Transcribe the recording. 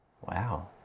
wow